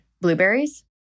blueberries